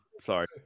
sorry